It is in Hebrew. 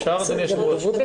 אדוני היושב ראש, אפשר?